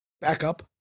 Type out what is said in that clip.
backup